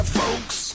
folks